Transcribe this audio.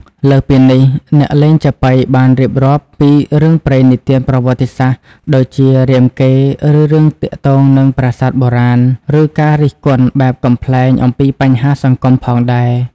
លើសពីនេះ អ្នកលេងចាប៉ីបានរៀបរាប់ពីរឿងព្រេងនិទានប្រវត្តិសាស្ត្រ ដូចជា រាមកេរ្តិ៍ ឬរឿងទាក់ទងនឹងប្រាសាទបុរាណ ឬការរិះគន់បែបកំប្លែងអំពីបញ្ហាសង្គមផងដែរ។